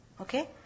Okay